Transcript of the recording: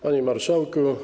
Panie Marszałku!